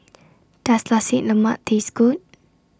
Does Nasi Lemak Taste Good